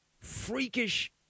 freakish